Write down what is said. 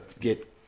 get